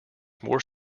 more